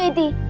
the